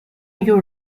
your